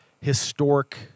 historic